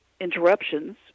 interruptions